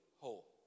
whole